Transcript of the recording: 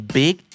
big